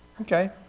Okay